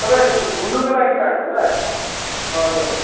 तपाईँहरू घु घुम्नुकै लागि त आएको होला हजुर